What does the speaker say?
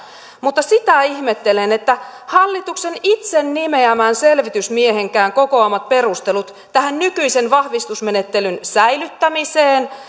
mutta sitä ihmettelen että eivät riitä hallituksen itse nimeämän selvitysmiehenkään kokoamat perustelut tähän nykyisen vahvistusmenettelyn säilyttämiseen